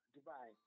Dubai